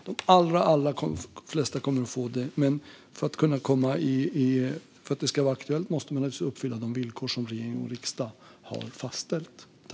De allra flesta kommer att få det, men för att det ska vara aktuellt måste man naturligtvis uppfylla de villkor som regering och riksdag har fastställt.